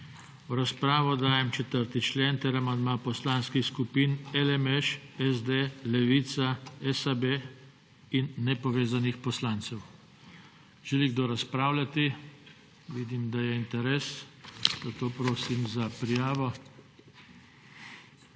V razpravo dajem 4. člen ter amandma poslanskih skupin LMŠ, SD, Levica, SAB in nepovezanih poslancev. Želi kdo razpravljati? Vidim, da je interes, zato prosim za prijavo.